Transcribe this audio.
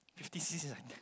fifty C_C like that